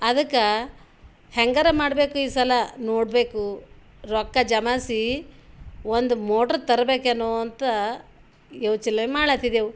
ಅದಕ್ಕೆ ಹೆಂಗಾರ ಮಾಡ್ಬೇಕು ಈ ಸಲ ನೋಡಬೇಕು ರೊಕ್ಕ ಜಮಾಸ್ಸಿ ಒಂದು ಮೋಟ್ರ್ ತರಬೇಕೇನೋ ಅಂತ ಯೋಚನೆ ಮಾಳತ್ತಿದೆವು